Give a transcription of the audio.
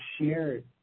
shared